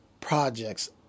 Projects